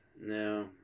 No